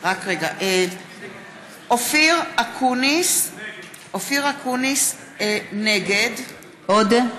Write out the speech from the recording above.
(קוראת בשם חבר הכנסת) אופיר אקוניס, נגד עוד?